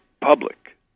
public